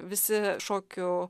visi šokių